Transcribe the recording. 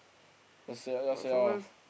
just say out just say out ah